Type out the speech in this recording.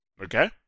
Okay